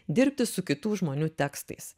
dirbti su kitų žmonių tekstais